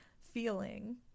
feeling